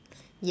yes